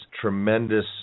tremendous